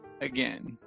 again